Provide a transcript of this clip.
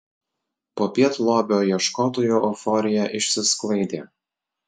popiet lobio ieškotojų euforija išsisklaidė